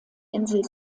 insel